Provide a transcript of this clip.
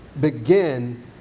begin